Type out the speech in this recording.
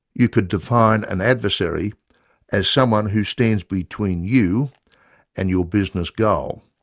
you could define an adversary as someone who stands between you and your business goal.